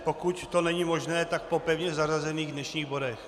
Pokud to není možné, tak po pevně zařazených dnešních bodech.